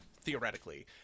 theoretically